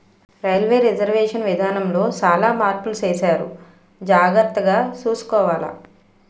railway reservation విధానములో సాలా మార్పులు సేసారు జాగర్తగ సూసుకోవాల